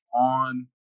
on